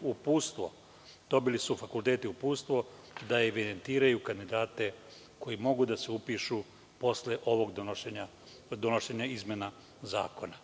uputstvo, odnosno dobili su fakulteti uputstvo da evidentiraju kandidate koji mogu da se upišu posle ovog donošenja izmena zakona.